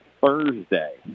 Thursday